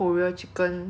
here in singapore